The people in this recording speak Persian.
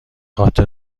خاطر